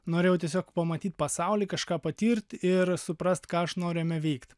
norėjau tiesiog pamatyt pasaulį kažką patirt ir suprast ką aš noriu jame veikt